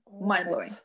mind-blowing